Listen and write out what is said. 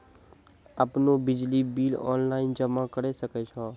आपनौ बिजली bill online जमा करै सकै छौ?